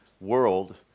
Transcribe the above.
world